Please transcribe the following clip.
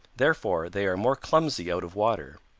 therefore they are more clumsy out of water.